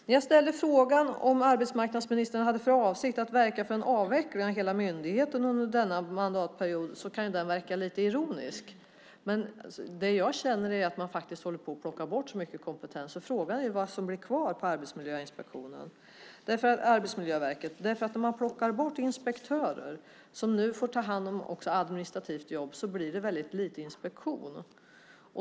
När jag ställer frågan om arbetsmarknadsministern har för avsikt att verka för en avveckling av hela myndigheten under denna mandatperiod kan det ju verka lite ironiskt. Men det jag känner är att man faktiskt håller på att plocka bort så mycket kompetens att frågan är vad som bli kvar på Arbetsmiljöverket. När man plockar bort inspektörer, som nu också får ta hand om administrativt jobb, blir det väldigt lite inspektion.